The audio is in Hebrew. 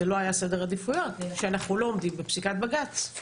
זה לא היה סדר העדיפויות שאנחנו לא עומדים בפסיקת בג"צ.